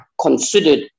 considered